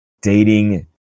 dating